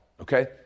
okay